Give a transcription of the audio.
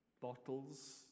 Bottles